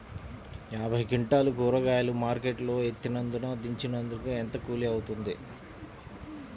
యాభై క్వింటాలు కూరగాయలు మార్కెట్ లో ఎత్తినందుకు, దించినందుకు ఏంత కూలి అవుతుంది?